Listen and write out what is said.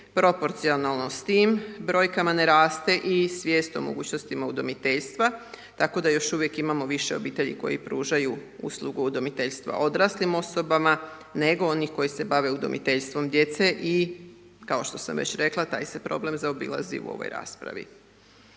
Proporcijalno s tim brojkama ne raste i svijest o mogućnostima udomiteljstva tako da još uvijek imamo više obitelji koji pružaju uslugu udomiteljstva odraslim osobama, nego onih koji se bave udomiteljstvom djece i kao što sam već rekla taj se problem zaobilazi u ovoj raspravi.